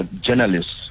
journalists